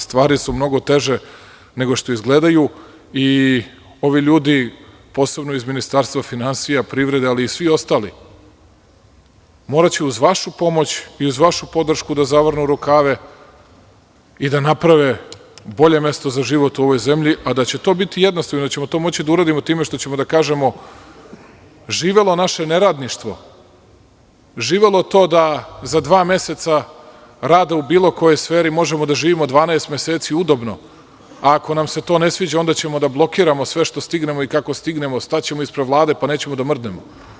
Stvari su mnogo teže nego što izgledaju i ovi ljudi, posebno iz Ministarstva finansija i privrede, ali i svi ostali, moraće uz vašu pomoć i uz vašu podršku da zavrnu rukave i da naprave bolje mesto za život u ovoj zemlji, a da će to biti jednostavno i da ćemo to moći da uradimo time što ćemo da kažemo – živelo naše neradništvo, živelo to da za dva meseca rada u bilo kojoj sferi možemo da živimo 12 meseci udobno, a ako nam se to ne sviđa, onda ćemo da blokiramo sve što stignemo i kako stignemo, staćemo ispred Vlade, pa nećemo da mrdnemo.